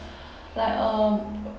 like um